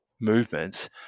movements